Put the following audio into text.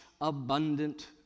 abundant